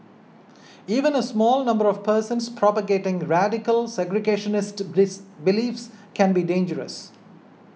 even a small number of persons propagating radical segregationist beliefs can be dangerous